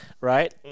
right